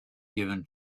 given